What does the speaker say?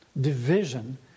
division